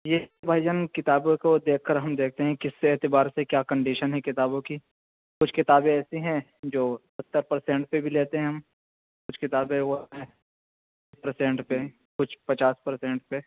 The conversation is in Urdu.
جی بھائی جان کتابیں تو دیکھ کر ہم لیتے ہیں کس اعتبار سے کیا کنڈیشن ہیں کتابوں کی کچھ کتابیں ایسی ہیں جو ستر پرسینٹ پہ بھی لیتے ہیں ہم کچھ کتابیں وہ پرسینٹ پہ کچھ پچاس پرسینٹ پہ